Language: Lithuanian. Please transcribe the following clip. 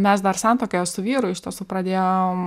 mes dar santuokoje su vyru iš tiesų pradėjom